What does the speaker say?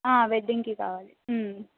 వెడ్డింగ్కి కావాలి